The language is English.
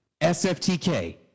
SFTK